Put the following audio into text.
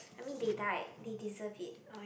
I mean they died they deserve it